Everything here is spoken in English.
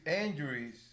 injuries